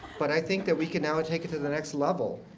but i think that we can now take it to the next level,